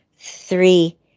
three